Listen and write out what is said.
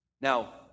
Now